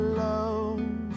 love